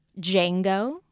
Django